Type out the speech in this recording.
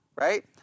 right